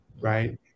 right